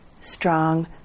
strong